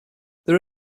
there